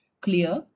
clear